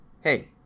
hey